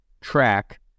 track